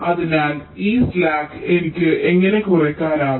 അതിനാൽ ഈ സ്ലാക്ക് എനിക്ക് എങ്ങനെ കുറയ്ക്കാനാകും